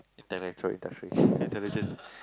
intellectual industry intelligent